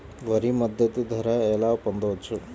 వరి మద్దతు ధర ఎలా పొందవచ్చు?